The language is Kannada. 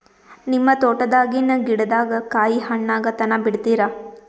ನಿಮ್ಮ ತೋಟದಾಗಿನ್ ಗಿಡದಾಗ ಕಾಯಿ ಹಣ್ಣಾಗ ತನಾ ಬಿಡತೀರ?